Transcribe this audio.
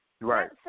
Right